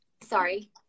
Sorry